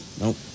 Nope